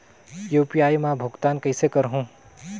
UPI मा भुगतान कइसे करहूं?